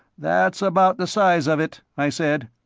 that's about the size of it, i said.